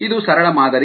ಇದು ಸರಳ ಮಾದರಿ ಆಗಿದೆ